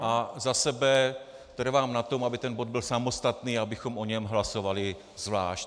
A za sebe trvám na tom, aby ten bod byl samostatný, abychom o něm hlasovali zvlášť.